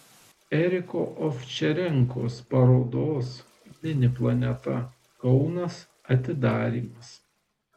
eriko ovčarenkos parodos mini planeta kaunas atidarymas